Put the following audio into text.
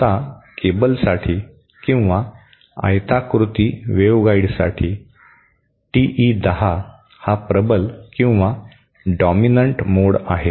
आता केबलसाठी किंवा आयताकृती वेव्हगाइड साठी टीई 10 हा प्रबल किंवा डॉमिनन्ट मोड आहे